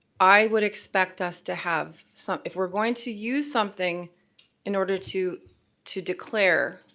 i would expect us to have, so if we're going to use something in order to to declare